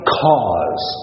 cause